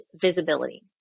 visibility